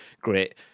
great